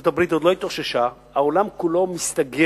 ארצות-הברית עוד לא התאוששה, העולם כולו מסתגר,